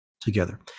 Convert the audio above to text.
together